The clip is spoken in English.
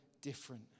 different